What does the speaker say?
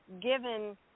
given